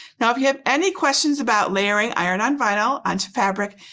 now, if you have any questions about layering iron-on vinyl onto fabric,